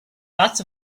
dots